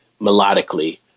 melodically